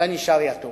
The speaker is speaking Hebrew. אתה נשאר יתום.